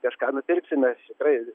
kažką nupirksime tikrai